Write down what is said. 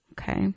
Okay